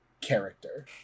character